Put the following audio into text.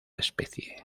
especie